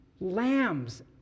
lambs